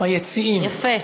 יפה.